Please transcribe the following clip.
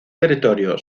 territorio